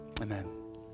amen